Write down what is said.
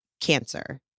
cancer